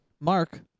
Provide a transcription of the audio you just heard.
mark